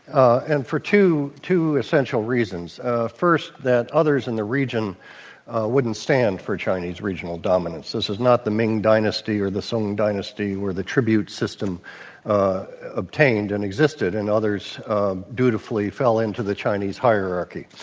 and for two two essential reasons ah first, that others in the region wouldn't stand for chinese regional dominance. this is not the ming dynasty or the sung dynasty or the tribute system obtained and existed and others dutifully fell into the chinese hierarchy.